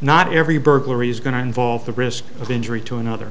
not every burglary is going to involve the risk of injury to another